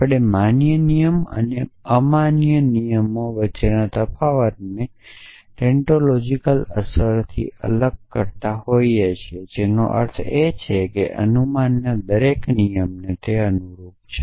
આપણે માન્ય નિયમો અને આમાન્ય નિયમો વચ્ચેના તફાવતને ટેન્ટોલોજિકલ અસરો થી અલગ કરતાં હોઈએ છીયે જેનો અર્થ એ કે અનુમાનના દરેક નિયમને અનુરૂપ છે